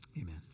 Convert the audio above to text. Amen